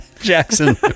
jackson